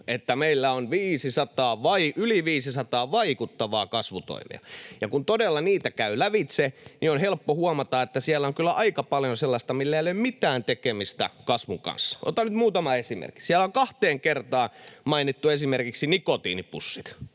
että meillä on yli 500 vaikuttavaa kasvutoimea. Ja kun todella niitä käy lävitse, niin on helppo huomata, että siellä on kyllä aika paljon sellaista, millä ei ole mitään tekemistä kasvun kanssa. Otan nyt muutama esimerkin. Siellä on kahteen kertaan mainittu esimerkiksi nikotiinipussit,